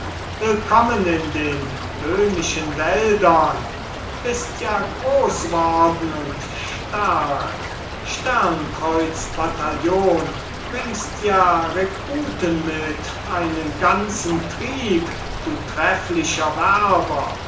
willkommen in den böhmischen wäldern bist ja gros worden und stark stern kreuz bataillon bringst ja rekruten mit einen ganzen trieb du trefflicher werber